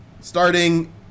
Starting